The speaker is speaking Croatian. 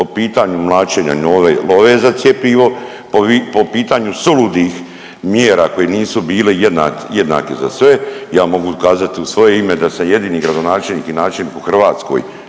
po pitanju mlaćenja love za cjepivo, po pitanju suludih mjera koje nisu bile jednake za sve. Ja mogu kazati u svoje ime da sam jedini gradonačelnik i načelnik u Hrvatskoj,